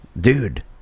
Dude